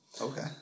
Okay